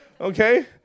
Okay